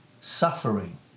Suffering